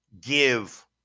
give